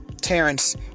Terrence